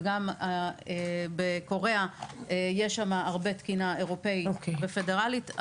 וגם בקוריאה יש הרבה תקינה אירופית ופדרלית,